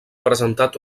presentat